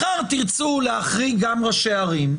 מחר תרצו להחריג גם ראשי ערים,